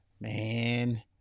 Man